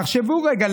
תחשבו רגע,